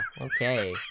okay